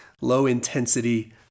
low-intensity